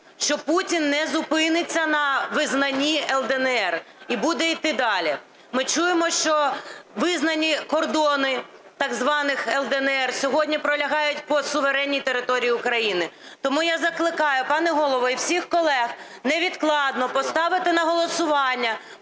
що Путін не зупиниться на визнанні "Л/ДНР" і буде йти далі. Ми чуємо, що визнані кордони так званих "Л/ДНР" сьогодні пролягають по суверенній території України. Тому я закликаю, пане голово, і всіх колег невідкладно поставити на голосування